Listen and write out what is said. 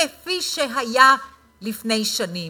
כפי שהיה לפני שנים,